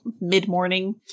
mid-morning